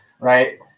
Right